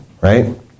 Right